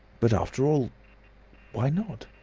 but after all why not?